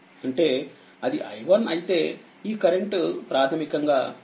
అంటేఅదిi1అయితే ఈ కరెంట్ ప్రాథమికంగా i2i12 అవుతుంది